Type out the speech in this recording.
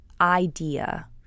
Idea